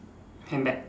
handbag